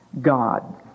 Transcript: God